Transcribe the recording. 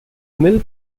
milk